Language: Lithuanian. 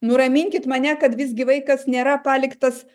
nuraminkit mane kad visgi vaikas nėra paliktas